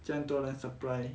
这样多人 supply